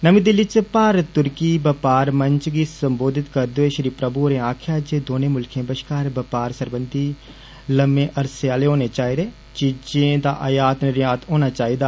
नमीं दिल्ली च भारत तुर्की बपार मंच गी सम्बोधित करदे होई श्री प्रभु होरें आक्खेआ जे दौने मुल्खें बष्कार बपार सरबंधी लम्मे आसे आहले होने चाहिदे ते चीजें दा आयात निर्यात होना चाहिदा